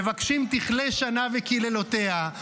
מבקשים "תכלה שנה וקללותיה,